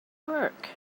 work